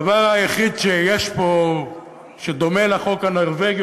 הדבר היחיד שיש פה שדומה לחוק הנורבגי,